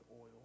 oil